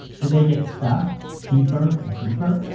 do they get stuffed deeper and deeper?